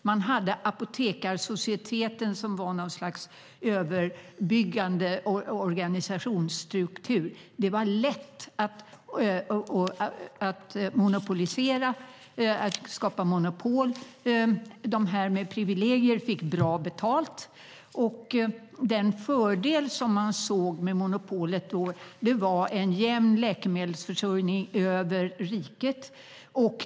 Man hade Apotekarsocieteten, som var ett slags överbyggande organisationsstruktur. Det var lätt att skapa monopol. De som hade privilegier fick bra betalt, och den fördel man såg med monopolet var en jämn läkemedelsförsörjning över riket.